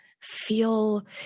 feel